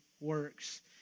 works